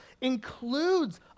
includes